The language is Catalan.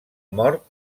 mort